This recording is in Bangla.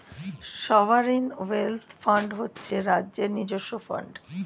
সভারেন ওয়েল্থ ফান্ড হচ্ছে রাজ্যের নিজস্ব ফান্ড